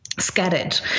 scattered